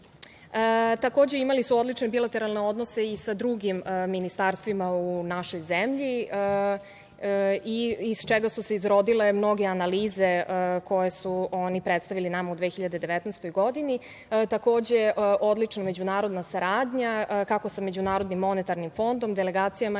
Takođe imali su odlične bilateralne odnose i sa drugim ministarstvima u našoj zemlji iz čega su se izrodile mnoge analize koje su oni predstavili nama u 2019. godini. Takođe, odlična međunarodna saradnja, kako sa MMF, delegacijama